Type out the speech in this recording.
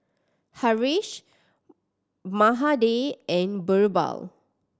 Haresh Mahade and Birbal